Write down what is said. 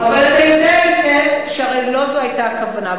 אבל אתה יודע היטב שהרי לא זו היתה הכוונה.